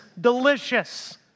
delicious